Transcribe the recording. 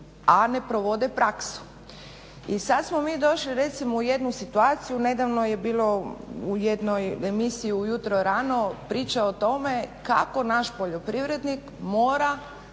a ne provode praksu. I sad smo mi došli recimo u jednu situaciju. Nedavno je bilo u jednoj emisiji ujutro rano priča o tome kako naš poljoprivrednik mora